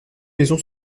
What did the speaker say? maisons